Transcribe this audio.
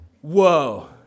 Whoa